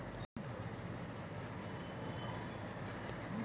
मैंने अपने गांव के पोखर पर एक घड़ियाल देखा था